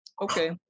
Okay